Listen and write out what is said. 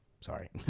Sorry